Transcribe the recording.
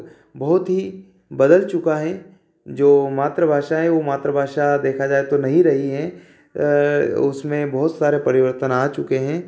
बहुत ही बदल चुका है जो मातृभाषा है वह मातृभाषा देखा जाए तो नहीं रही हैं उसमें बहुत सारे परिवर्तन आ चुके हैं